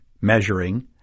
measuring